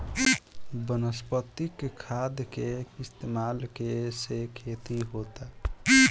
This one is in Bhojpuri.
वनस्पतिक खाद के इस्तमाल के से खेती होता